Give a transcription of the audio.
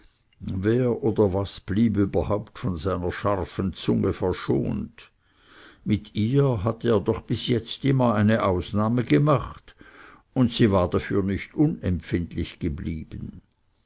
wer oder was blieb überhaupt von seiner scharfen zunge verschont mit ihr hatte er doch bis jetzt immer eine ausnahme gemacht und sie war dafür nicht unempfindlich geblieben